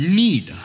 need